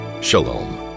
Shalom